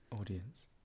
audience